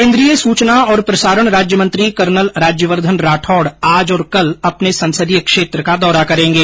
केन्द्रीय सूचना और प्रसारण राज्य मंत्री कर्नल राज्यवर्द्वन राठौड़ आज और कल अपने संसदीय क्षेत्र का दौरा करेंगे